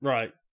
Right